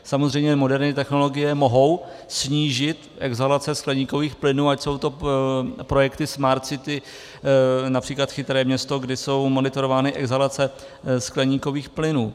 Samozřejmě moderní technologie mohou snížit exhalace skleníkových plynů, ať jsou to projekty smart city, např. chytré město, kdy jsou monitorovány exhalace skleníkových plynů.